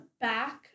back